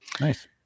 Nice